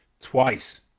twice